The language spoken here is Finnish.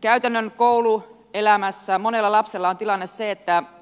käytännön kouluelämässä monella lapsella on se tilanne